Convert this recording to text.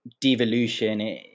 devolution